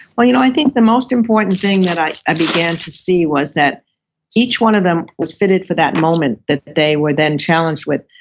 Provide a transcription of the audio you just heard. well you know i think the most important thing that i i began to see was that each one of them was fitted for that moment that they were then challenged with.